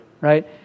right